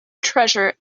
treasure